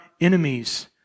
enemies